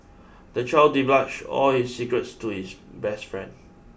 the child divulged all his secrets to his best friend